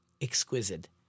exquisite